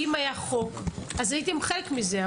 אם היה חוק אז הייתם חלק מזה.